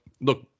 look